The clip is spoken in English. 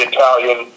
Italian